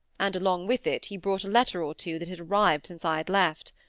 and along with it he brought a letter or two that had arrived since i had left.